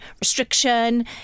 restriction